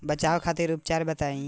बचाव खातिर उपचार बताई?